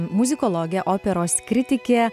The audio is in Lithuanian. muzikologė operos kritikė